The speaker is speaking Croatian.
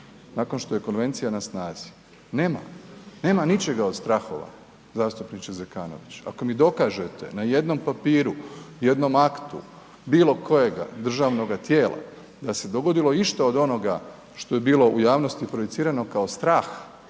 nakon što je konvencija na snazi. Nema ga. Nema ničega od strahova, zastupniče Zekanović. Ako mi dokažete na jednom papiru, jednom aktu bilo kojega državnoga tijela, da se dogodilo išto od onoga što je bilo u javnosti projicirano kao strah